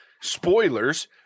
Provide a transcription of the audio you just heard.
spoilers